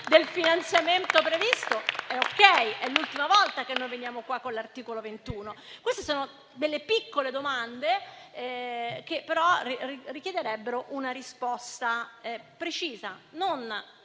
del finanziamento previsto va bene e, quindi, è l'ultima volta che veniamo qua con un articolo 21? Queste sono piccole domande che però richiederebbero una risposta precisa, e non